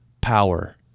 power